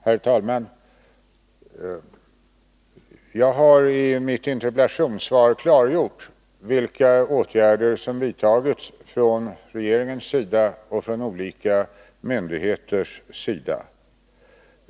Herr talman! Jag har i mitt interpellationssvar klargjort vilka åtgärder som vidtagits från regeringens sida och från olika myndigheters sida.